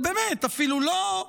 אבל באמת, אפילו לא,